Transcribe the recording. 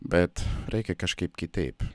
bet reikia kažkaip kitaip